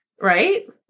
right